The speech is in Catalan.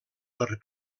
per